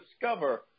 discover